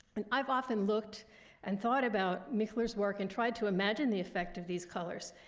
and i've often looked and thought about michler's work and tried to imagine the effect of these colors.